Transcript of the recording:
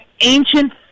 ancient